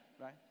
Right